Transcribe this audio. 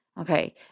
Okay